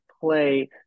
play